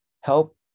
Help